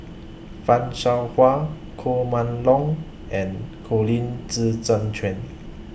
fan Shao Hua Koh Mun Hong and Colin Zhi Zhe Quan